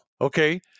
Okay